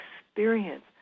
experience